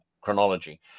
chronology